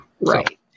right